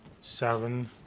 seven